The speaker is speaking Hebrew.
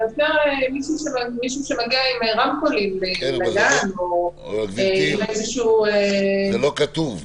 אלא למישהו שמגיע עם רמקולים לים --- אבל גברתי זה לא כתוב.